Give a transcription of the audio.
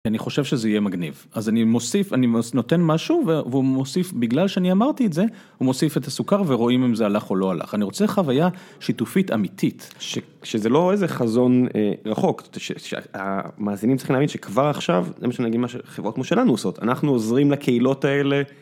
אני חושב שזה יהיה מגניב, אז אני מוסיף, אני נותן משהו והוא מוסיף, בגלל שאני אמרתי את זה, הוא מוסיף את הסוכר ורואים אם זה הלך או לא הלך, אני רוצה חוויה שיתופית אמיתית. שזה לא איזה חזון רחוק, המאזינים צריכים להבין שכבר עכשיו, זה מה שחברות כמו שלנו עושות, אנחנו עוזרים לקהילות האלה.